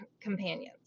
companions